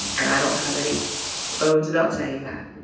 and i don't have any bones about saying that.